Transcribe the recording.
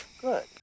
good